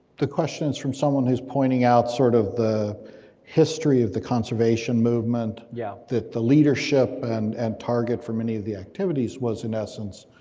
the question is from someone who's pointing out sort of the history of the conservation movement, yeah that the leadership and and target for many of the the activities was in essence,